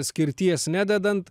skirties nededant